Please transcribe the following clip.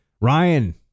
Ryan